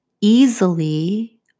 easily